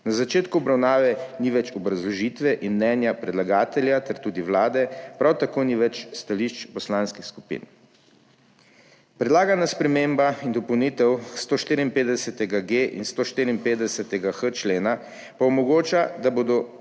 na začetku obravnave ni več obrazložitve in mnenja predlagatelja ter tudi Vlade, prav tako ni več stališč poslanskih skupin. Predlagana sprememba in dopolnitev 154.g in 154.h člena pa omogoča, da bodo